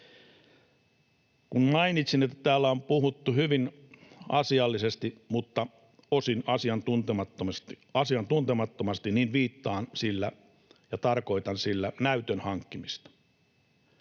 Kun mainitsin, että täällä on puhuttu hyvin asiallisesti mutta osin asiantuntemattomasti, niin tarkoitan sillä näytön hankkimista.